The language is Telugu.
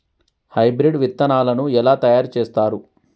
హైబ్రిడ్ విత్తనాలను ఎలా తయారు చేస్తారు?